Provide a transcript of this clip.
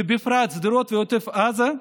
ובפרט על שדרות ועוטף עזה,